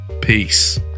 Peace